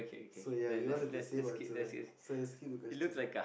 so ya we wanted to say but so let's skip question